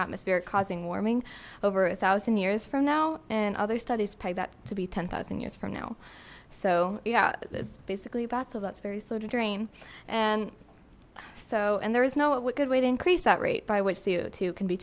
atmosphere causing warming over a thousand years from now and other studies pie that to be ten thousand years from now so yeah it's basically bad so that's very slow to drain and so and there is no good way to increase that rate by